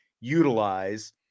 utilize